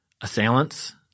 assailants